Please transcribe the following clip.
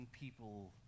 people